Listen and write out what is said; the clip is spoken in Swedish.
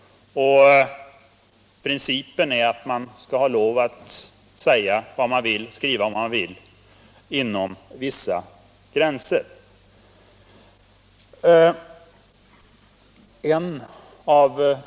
Principen är att man skall ha lov att säga vad man vill och skriva vad man vill inom vissa gränser.